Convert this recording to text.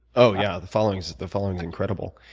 oh, yeah, the following so the following is incredible.